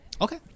Okay